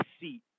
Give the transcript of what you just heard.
seat